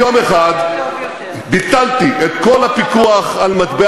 יום אחד ביטלתי את כל הפיקוח על מטבע